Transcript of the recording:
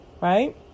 right